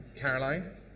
Caroline